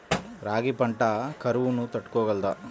రాగి పంట కరువును తట్టుకోగలదా?